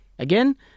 Again